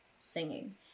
singing